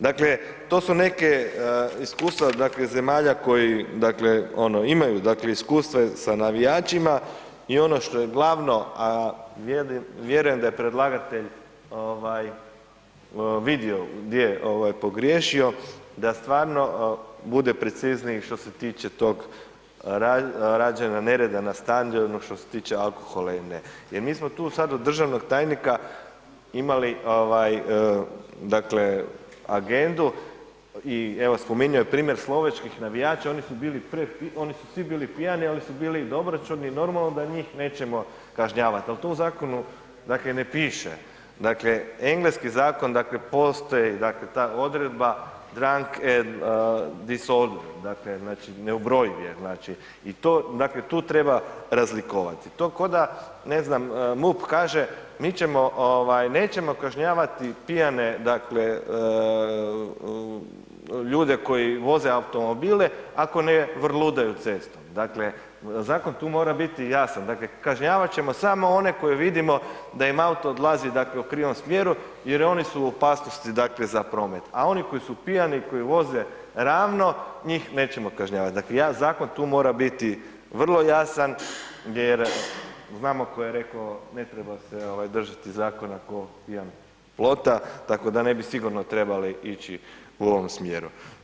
Dakle, to su neke iskustva, dakle zemalja koji, dakle ono imaju dakle iskustva sa navijačima i ono što je glavno, a vjerujem da je predlagatelj ovaj vidio gdje je pogriješio da stvarno bude precizniji što se tiče tog rađenja nereda na stadionu što se tiče alkohola ili ne, jer mi smo tu sad od državnog tajnika imali ovaj dakle agendu i evo spominjao je primjer Slovačkih navijača, oni su bili, oni su svi bili pijani, ali su bili i dobroćudni i normalno da njih nećemo kažnjavati, al to u zakonu dakle ne piše, dakle engleski zakon dakle postoji dakle ta odredba … [[Govornik se ne razumije]] dakle znači neubrojiv je znači i to, dakle tu treba razlikovati, to koda ne znam MUP kaže mi ćemo, nećemo kažnjavati pijane dakle ljude koji voze automobile ako ne vrludaju cestom, dakle zakon tu mora biti jasan, dakle kažnjavat ćemo samo one koje vidimo da im auto odlazi dakle u krivom smjeru jer oni su u opasnosti dakle za promet, a oni koji su pijani i koji voze ravno njih nećemo kažnjavat, dakle jedan zakon tu mora biti vrlo jasan jer znamo ko je reko ne treba se ovaj držati zakona ko pijan plota, tako da ne bi sigurno trebali ići u ovom smjeru.